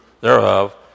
thereof